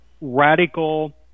radical